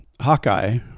Hawkeye